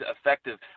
effective